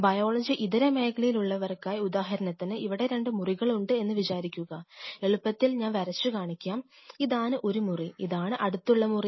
biology ഇതര മേഖലയിൽ ഉള്ളവർക്കായി ഉദാഹരണത്തിന് ഇവിടെ രണ്ടു മുറികൾ ഉണ്ടെന്ന് വിചാരിക്കുക എളുപ്പത്തിന് ഞാൻ വരച്ചു കാണിക്കാം ഇതാണ് ഒരു മുറി ഇതാണ് അടുത്തുള്ള മുറി